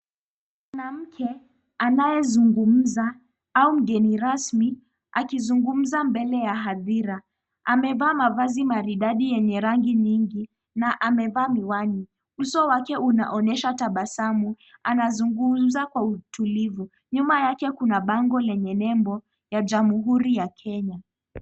Mwanamke anayezungumza, au mgeni rasmi akizungumza mbele ya hadhira. Amevaa mavazi maridadi yenye rangi mingi na amevaa miwani. Uso wake unaonyesha tabasamu. Anazungumza kwa utulivu. Nyuma yake kuna bango lenye nembo ya jamhuri ya Kenya.